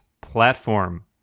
platform